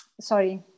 Sorry